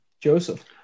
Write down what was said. Joseph